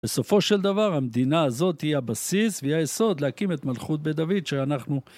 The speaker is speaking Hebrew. בסופו של דבר המדינה הזאת היא הבסיס והיא היסוד להקים את מלכות בית דוד שאנחנו